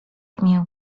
mię